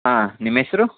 ಆಂ ನಿಮ್ಮ ಹೆಸ್ರು